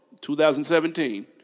2017